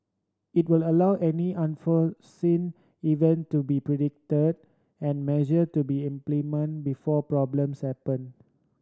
it will allow any unforeseen event to be predicted and measure to be implemented before problems happen